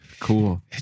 cool